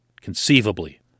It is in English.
conceivably